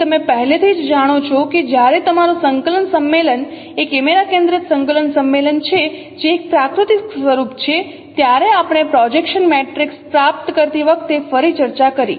તેથી તમે પહેલેથી જ જાણો છો કે જ્યારે તમારું સંકલન સંમેલન એ કેમેરા કેન્દ્રિત સંકલન સંમેલન છે જે એક પ્રાકૃતિક સ્વરૂપ છે ત્યારે આપણે પ્રોજેક્શન મેટ્રિક્સ પ્રાપ્ત કરતી વખતે ફરી ચર્ચા કરી